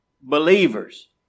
believers